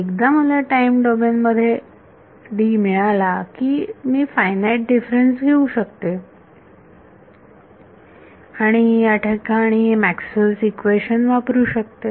एकदा मला time domain मध्ये D मिळाला की मी फायनाइट डिफरन्स घेऊ शकते आणि याठिकाणी मॅक्सवेल्स इक्वेशनMaxwell's equation वापरू शकते